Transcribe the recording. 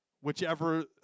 whichever